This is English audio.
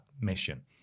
mission